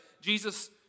Jesus